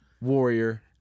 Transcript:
warrior